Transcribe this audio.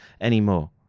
anymore